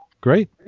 Great